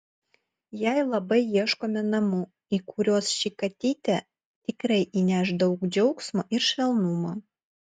jai labai ieškome namų į kuriuos ši katytė tikrai įneš daug džiaugsmo ir švelnumo